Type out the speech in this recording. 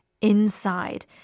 inside